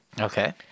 Okay